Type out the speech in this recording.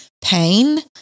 pain